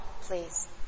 please